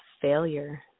failure